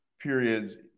periods